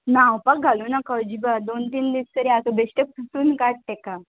न्हावपाक घालूं ना अजिबात दोन तीन दीस तरी आतां बेश्टे पुसून काड ताका